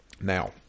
Now